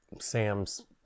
Sam's